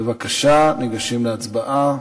בבקשה, ניגשים להצבעה.